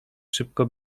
szybko